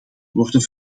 worden